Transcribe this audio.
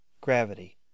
Gravity